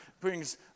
brings